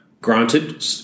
granted